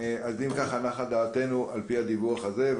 אם ככה, נחה דעתנו על פי הדיווח הזה.